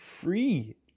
free